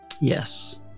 yes